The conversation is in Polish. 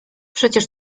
przecież